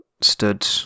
stood